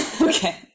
okay